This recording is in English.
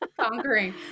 Conquering